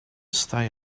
stay